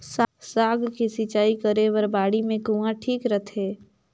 साग के सिंचाई करे बर बाड़ी मे कुआँ ठीक रहथे?